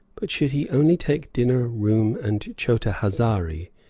but should he only take dinner, room, and chota-hazari,